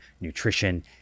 nutrition